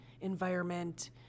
environment